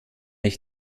ich